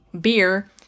beer